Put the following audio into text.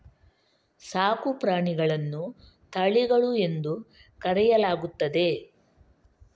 ಸಾಕು ಪ್ರಾಣಿಗಳನ್ನು ತಳಿಗಳು ಎಂದು ಕರೆಯಲಾಗುತ್ತದೆ